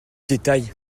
détail